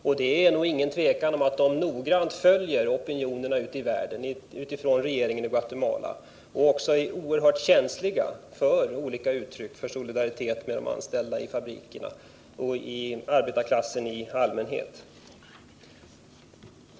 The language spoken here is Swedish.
Det råder nog inget tvivel om att regeringen i Guatemala noggrant följer opinionerna ute i världen och om att man är oerhört känslig för olika uttryck för solidariteten med de anställda vid fabrikerna och med arbetarklassen i allmänhet.